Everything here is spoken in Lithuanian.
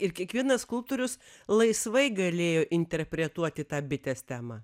ir kiekvienas skulptorius laisvai galėjo interpretuoti tą bitės temą